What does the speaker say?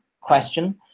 question